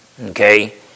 Okay